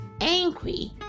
angry